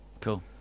Cool